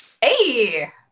Hey